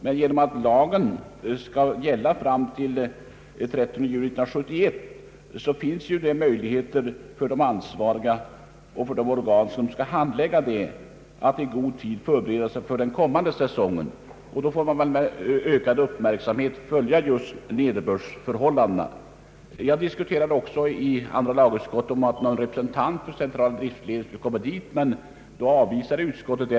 Genom att det framlagda lagförslaget skall gälla till den 30 juni 1971 finns det möjligheter för de ansvariga och för de organ som skall handlägga dessa frågor att i god tid förbereda sig för den kommande säsongen. De har bl.a. att med ökad uppmärksamhet följa nederbördsförhållandena. Jag föreslog under diskussionen i andra lagutskottet att en representant från centrala driftledningen skulle närvara i utskottet, men det avvisade utskottet.